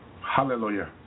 Hallelujah